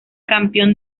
campeón